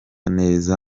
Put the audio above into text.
neza